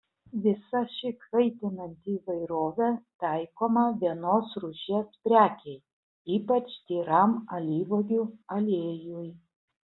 visa ši kvaitinanti įvairovė taikoma vienos rūšies prekei ypač tyram alyvuogių aliejui